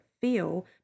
feel